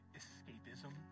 escapism